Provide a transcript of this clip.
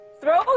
Throw